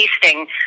tasting